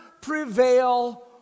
prevail